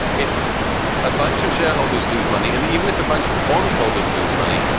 if a bunch of shareholders lose money and even if a bunch of bondholders lose money,